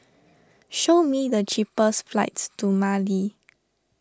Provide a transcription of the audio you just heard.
show me the cheapest flights to Mali